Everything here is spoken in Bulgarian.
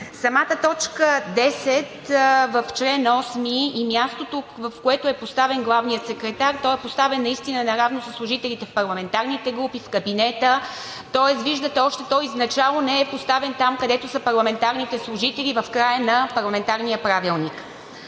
Самата т. 10 в чл. 8 и мястото, в което е поставен главният секретар, той е поставен наистина наравно със служителите в парламентарните групи, в кабинета, тоест виждате, че той изначало не е поставен там, където са парламентарните служители – в края на парламентарния правилник.